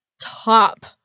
top